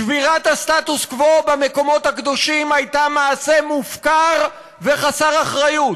שבירת הסטטוס קוו במקומות הקדושים הייתה מעשה מופקר וחסר אחריות.